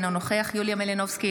אינו נוכח יוליה מלינובסקי,